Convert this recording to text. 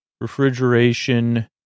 Refrigeration